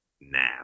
now